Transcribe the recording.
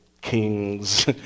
kings